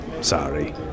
sorry